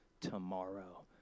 tomorrow